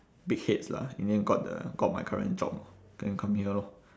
big heads lah in the end got the got my current job then come here lor